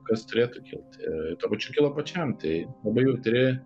kas turėtų kilti ir tuo pačiu kilo pačiam tai labai jautri